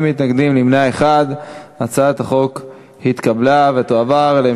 ההצעה להעביר את הצעת חוק הביטוח הלאומי